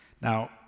Now